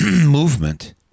movement